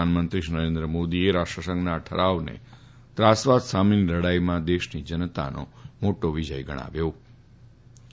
પ્રધાનમંત્રી શ્રી નરેન્દ્ર મોદીએ રાષ્ટ્રસંઘના આ ઠરાવને ત્રાસવાદ સામેની લડાઈમાં દેશની જનતાનો મોટો વિજય ગણાવ્યો ફતો